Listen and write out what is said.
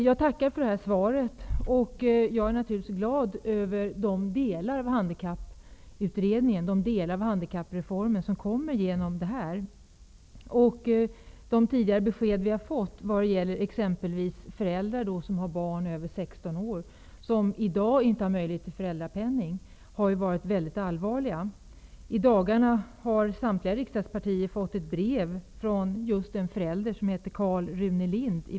Jag tackar som sagt för svaret, och jag är naturligtvis glad över de delar av handikappreformen som nu kommer att genomföras. De tidigare besked som vi har fått vad gäller exempelvis föräldrar som har barn över 16 år och som inte har möjlighet att få föräldrapenning har varit mycket oroande. I dagarna har samtliga riksdagspartier fått ett brev från en förälder från Vallentuna som heter Karl Rune Lind.